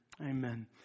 Amen